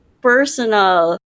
personal